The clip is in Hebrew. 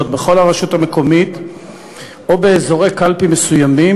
בכל הרשות המקומית או באזורי קלפי מסוימים,